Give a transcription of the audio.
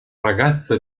ragazza